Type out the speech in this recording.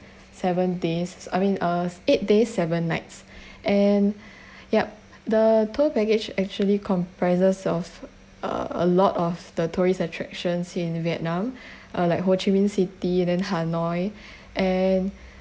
seven days I mean uh eight days seven nights and yup the tour package actually comprises of uh a lot of the tourist attractions in vietnam are like ho chi minh city then hanoi and